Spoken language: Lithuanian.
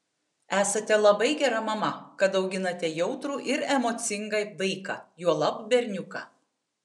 esate labai gera mama kad auginate jautrų ir emocingą vaiką juolab berniuką